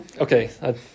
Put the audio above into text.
Okay